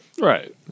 Right